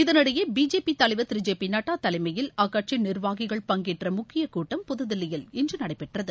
இதனிடையே பிஜேபி தலைவர் Thiru J P Nadda தலைமையில் அக்கட்சி நிர்வாகிகள் பங்கேற்ற முக்கிய கூட்டம் புதுதில்லியில் இன்று நடைபெற்றது